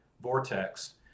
vortex